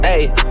Ayy